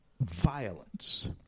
violence